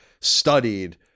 studied